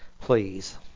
Please